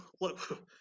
look